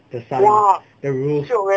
the sun the roof